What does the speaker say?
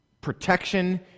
protection